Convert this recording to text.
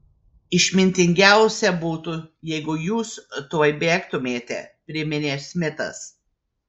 išmintingiausia būtų jeigu jūs tuoj bėgtumėte priminė smitas